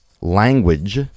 Language